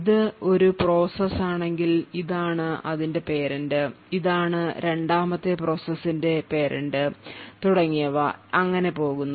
ഇത് ഒരു പ്രോസസ്സ് ആണെങ്കിൽ ഇതാണ് അതിന്റെ parent ഇതാണ് രണ്ടാമത്തെ പ്രോസസ്സിന്റെ parent തുടങ്ങിയവ അങ്ങനെ പോവുന്നു